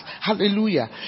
Hallelujah